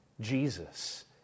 Jesus